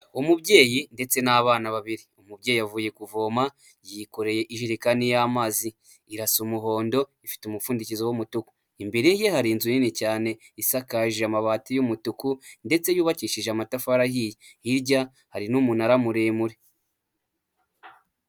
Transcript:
Umubyeyi ndetse n'abana babiri umubyeyi avuye kuvoma yikoreye ijerekani y'amazi, irasa umuhondo ifite umupfundikizo w'umutuku imbere ye hari inzu nini cyane isakaje amabati y'umutuku ndetse yubakishije amatafari ahiye, hirya hari n'umunara muremure.